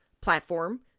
platform